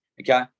Okay